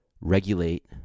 regulate